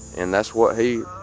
and that's what he